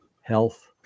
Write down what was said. health